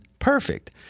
perfect